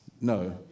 no